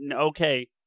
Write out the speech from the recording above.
okay